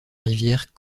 rivière